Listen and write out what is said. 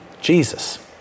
Jesus